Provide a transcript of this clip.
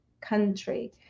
country